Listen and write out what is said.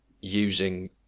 using